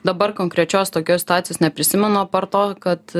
dabar konkrečios tokios situacijos neprisimenu apart to kad